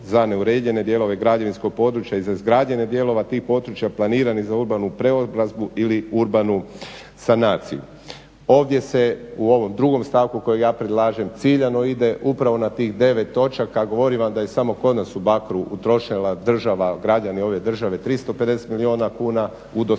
za neuređene dijelove građevinskog područja i za izgrađene dijelove tih područja planirani za urbanu preobrazbu ili urbanu sanaciju. Ovdje se u ovom drugom stavku kojeg ja predlažem ciljano ide upravo na tih 9 točaka, govorim vam da je samo kod nas u Bakru utrošila država, građani ove države 350 milijuna kuna, u dosadašnju